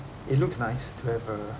it looks nice to have a